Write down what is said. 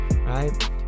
right